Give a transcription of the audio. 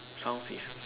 sounds is